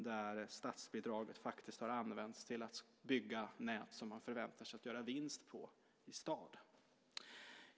Där har statsbidraget använts till att bygga nät som man förväntar sig att göra vinst på i stad.